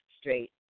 straight